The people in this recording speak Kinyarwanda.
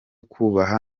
kubaha